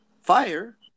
fire